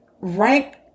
right